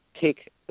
take